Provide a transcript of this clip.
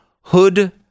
hood